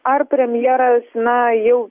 ar premjeras na jau